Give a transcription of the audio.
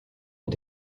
ont